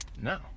No